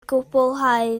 gwblhau